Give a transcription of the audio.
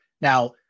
Now